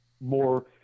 more